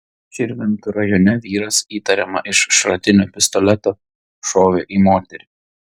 širvintų rajone vyras įtariama iš šratinio pistoleto šovė į moterį